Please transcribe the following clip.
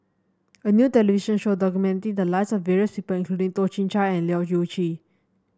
a new television show documented the lives of various people including Toh Chin Chye and Leu Yew Chye